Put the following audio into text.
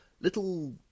little